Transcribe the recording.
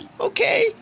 Okay